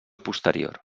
posterior